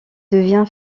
devient